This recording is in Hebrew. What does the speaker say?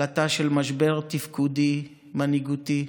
עלטה של משבר תפקודי, מנהיגותי,